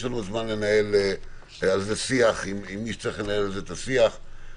יש לנו זמן לנהל על זה שיח עם מי שצריך לנהל אתו את השיח הזה.